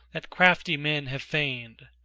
that crafty men have feigned.